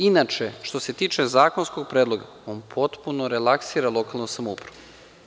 Inače, što se tiče zakonskog predloga, on potpuno relaksira lokalnu samoupravu.